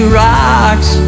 rocks